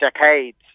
decades